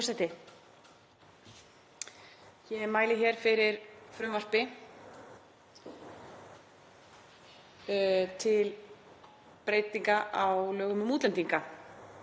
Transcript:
Ég mæli hér fyrir frumvarpi til laga um breytingu á lögum um útlendinga